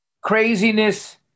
craziness